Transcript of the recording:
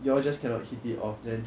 you all just cannot hit it off then